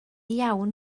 iawn